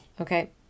Okay